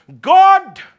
God